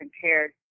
compared